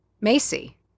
Macy